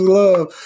love